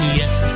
yes